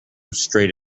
straight